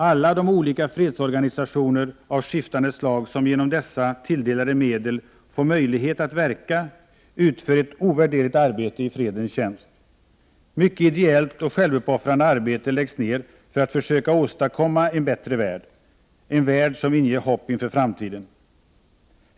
Alla de olika fredsorganisationer av skiftande slag som genom dessa tilldelade medel får möjlighet att verka utför ett ovärderligt arbete i fredens tjänst. Mycket ideellt och självuppoffrande arbete läggs ner för att försöka åstadkomma en bättre värld — en värld som inger hopp för framtiden.